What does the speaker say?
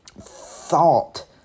Thought